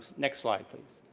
next slide, please.